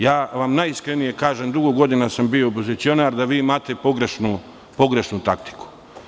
Ja vam najiskrenije kažem, dugo godina sam opozicionar, da vi imate pogrešnu taktiku.